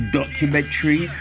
documentary